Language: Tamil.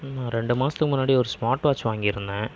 நான் ரெண்டு மாதத்துக்கு முன்னாடி ஒரு ஸ்மார்ட் வாட்ச் வாங்கியிருந்தேன்